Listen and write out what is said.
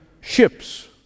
ships